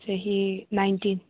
ꯆꯍꯤ ꯅꯥꯏꯟꯇꯤꯟ